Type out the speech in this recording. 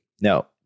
Now